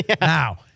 Now